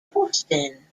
boston